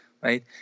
right